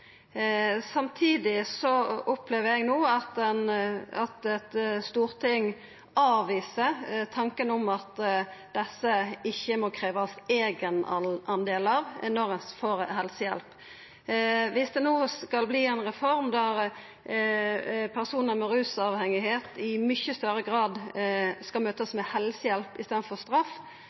Samtidig opplever eg no at dette stortinget avviser tanken om at det ikkje må krevjast eigendel av dei når dei får helsehjelp. Viss det no skal verta ei reform der rusavhengige personar i mykje større grad skal møtast med helsehjelp i staden for med straff,